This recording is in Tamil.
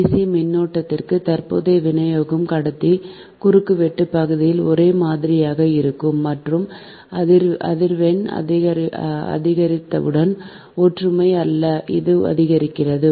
டிசி மின்னோட்டத்திற்கு தற்போதைய விநியோகம் கடத்தி குறுக்கு வெட்டு பகுதியில் ஒரே மாதிரியாக இருக்கும் மற்றும் அதிர்வெண் அதிகரித்தவுடன் ஒற்றுமை இல்லாத அளவு அதிகரிக்கிறது